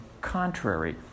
contrary